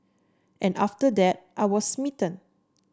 and after that I was smitten